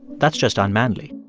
that's just unmanly.